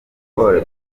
pole